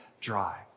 dry